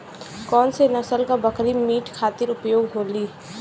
कौन से नसल क बकरी मीट खातिर उपयोग होली?